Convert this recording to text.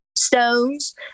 Stones